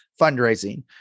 fundraising